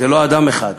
זה לא אדם אחד,